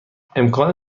امکان